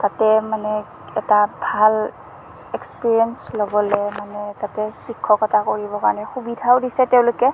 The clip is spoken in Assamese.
তাতে মানে এটা ভাল এক্সপিৰেঞ্চ ল'বলৈ মানে তাতে শিক্ষকতা কৰিব কাৰণে সুবিধাও দিছে তেওঁলোকে